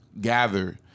gather